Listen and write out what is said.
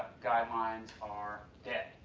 guidelines are dead.